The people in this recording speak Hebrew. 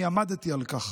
ואני עמדתי על כך.